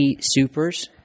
Supers